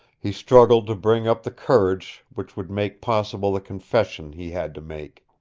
he struggled to bring up the courage which would make possible the confession he had to make.